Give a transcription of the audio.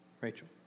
Rachel